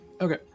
Okay